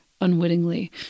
unwittingly